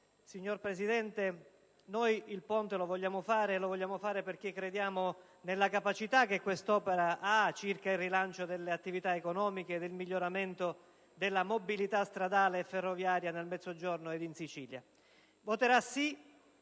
signor Presidente, noi vogliamo fare il ponte e lo vogliamo fare perché crediamo nella capacità che quest'opera ha circa il rilancio delle attività economiche ed il miglioramento della mobilità stradale e ferroviaria nel Mezzogiorno ed in Sicilia. Voterà sì,